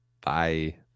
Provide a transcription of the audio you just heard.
bye